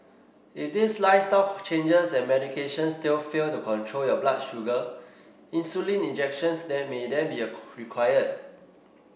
if these lifestyle changes and medication still fail to control your blood sugar insulin injections then may then be required